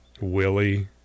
Willie